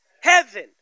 heaven